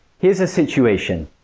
here's a situation.